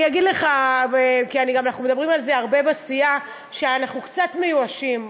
אנחנו מדברים הרבה בסיעה על זה שאנחנו קצת מיואשים,